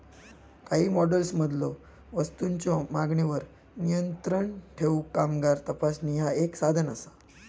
काही मॉडेल्समधलो वस्तूंच्यो मागणीवर नियंत्रण ठेवूक कामगार तपासणी ह्या एक साधन असा